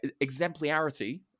exemplarity